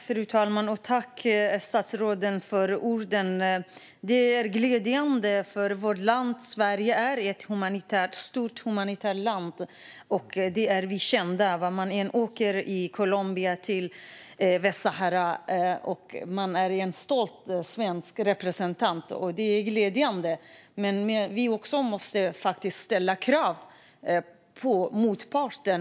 Fru talman! Tack, statsrådet, för orden! Det är glädjande att Sverige är ett starkt humanitärt land, och det är vi kända för. Vart man än åker, till Colombia eller Västsahara, är man en stolt svensk representant, och det är glädjande. Men vi måste faktiskt ställa krav på motparten.